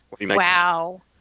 wow